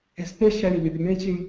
especially with matching